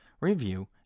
review